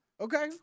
Okay